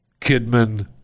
Kidman